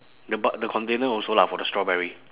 the buc~ the container also lah for the strawberry